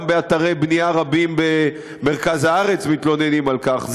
גם באתרי בנייה רבים במרכז הארץ מתלוננים על כך.